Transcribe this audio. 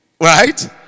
Right